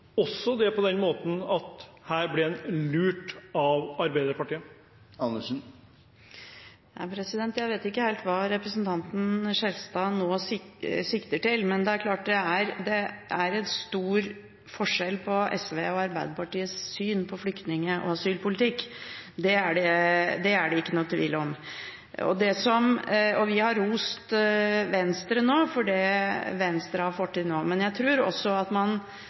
også at her ble en lurt av Arbeiderpartiet? Jeg vet ikke helt hva representanten Skjelstad nå sikter til, men det er klart det er stor forskjell på SVs syn og Arbeiderpartiets syn når det gjelder flyktning- og asylpolitikken. Det er det ikke noen tvil om. Vi har rost Venstre for det Venstre nå har fått til. Man må også huske på at